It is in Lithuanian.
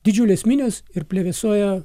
didžiulės minios ir plevėsuoja